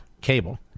cable